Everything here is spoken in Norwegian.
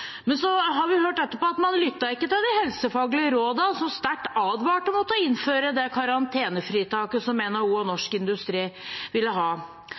Så har vi hørt etterpå at man ikke lyttet til de helsefaglige rådene, som sterkt advarte mot å innføre det karantenefritaket som NHO og Norsk Industri ville ha.